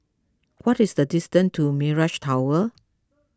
what is the distance to Mirage Tower